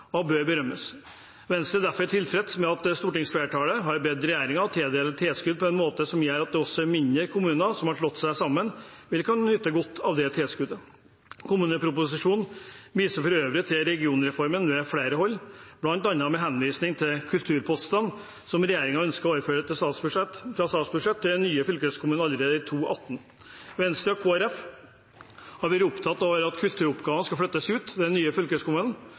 og bør berømmes. Venstre er derfor tilfreds med at stortingsflertallet har bedt regjeringen tildele tilskudd på en måte som gjør at også mindre kommuner som har slått seg sammen, vil kunne nyte godt av det tilskuddet. Kommuneproposisjonen viser for øvrig til regionreformen ved flere hold, bl.a. med henvisning til de kulturpostene som regjeringen ønsker å overføre fra statsbudsjettet til de nye fylkeskommunene allerede i 2018. Venstre og Kristelig Folkeparti har vært opptatt av at kulturoppgaver skal flyttes ut til de nye